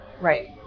Right